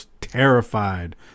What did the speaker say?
terrified